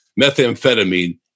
methamphetamine